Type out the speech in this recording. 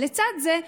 לצד זה,